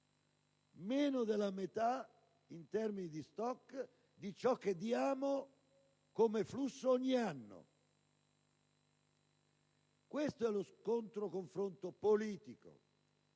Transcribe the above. meno della metà in termini di *stock* di ciò che diamo come flusso ogni anno. Questo è lo scontro-confronto politico,